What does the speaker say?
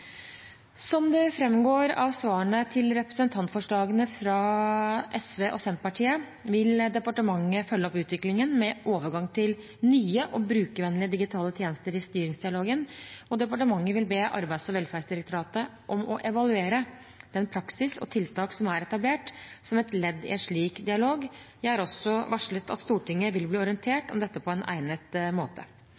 Som det framgår av svarene på representantforslagene fra Sosialistisk Venstreparti og Senterpartiet, vil departementet følge opp utviklingen med overgang til nye og brukervennlige digitale tjenester i styringsdialogen, og departementet vil be Arbeids- og velferdsdirektoratet om å evaluere den praksis og de tiltak som er etablert, som et ledd i en slik dialog. Jeg har også varslet at Stortinget vil bli